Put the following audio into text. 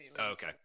Okay